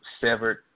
severed